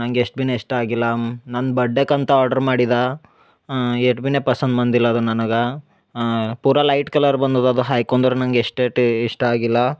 ನಂಗ ಎಷ್ಟು ಬಿನೇ ಇಷ್ಟ ಆಗಿಲ್ಲಾ ನನ್ನ ಬರ್ಡೇಕೆ ಅಂತ ಆರ್ಡ್ರ್ ಮಾಡಿದಾ ಎಟ್ಟು ಬಿನೆ ಪಸಂದು ಬಂದಿಲ್ಲ ಅದು ನನಗ ಪೂರಾ ಲೈಟ್ ಕಲರ್ ಬಂದದ ಅದು ಹಾಯ್ಕೊಂದಿರ ನಂಗೆ ಎಷ್ಟು ಇಟ್ ಇಷ್ಟ ಆಗಿಲ್ಲ